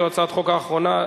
זו הצעת החוק האחרונה,